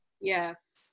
Yes